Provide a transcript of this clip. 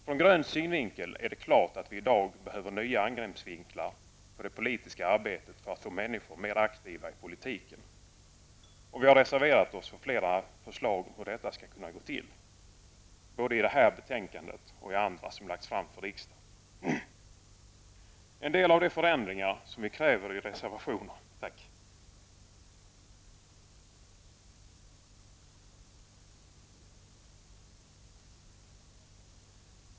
Från grön synvinkel är det helt klart att vi i dag behöver nya angreppsvinklar på det politiska arbetet för att få människor mera aktiva i politiken. Vi har reservererat oss till förmån för flera förslag om hur detta skulle kunna se ut, både i detta betänkande och i andra förslag som har lagts fram för riksdagen.